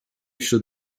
wśród